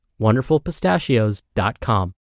WonderfulPistachios.com